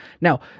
Now